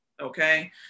Okay